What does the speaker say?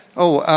oh,